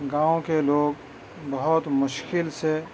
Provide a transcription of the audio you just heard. گاؤں کے لوگ بہت مشکل سے